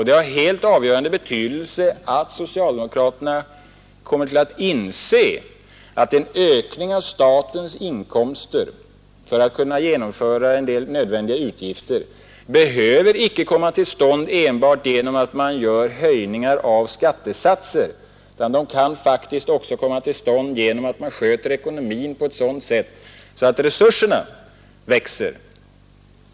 Det har helt avgörande betydelse att socialdemokraterna lär sig inse att en ökning av statens inkomster för att kunna genomföra en del nödvändiga utgifter icke behöver komma till stånd enbart genom höjningar av skattesatser utan faktiskt också är möjlig genom att ekonomin sköts på ett sådant sätt att resurserna växer.